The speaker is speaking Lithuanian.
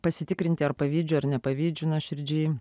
pasitikrinti ar pavydžiu ar nepavydžiu nuoširdžiai